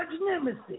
Nemesis